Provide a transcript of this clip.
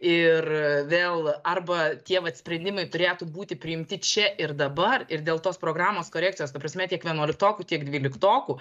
ir vėl arba tie vat sprendimai turėtų būti priimti čia ir dabar ir dėl tos programos korekcijos ta prasme tiek vienuoliktokų tiek dvyliktokų